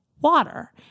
water